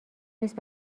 نیست